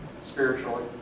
spiritually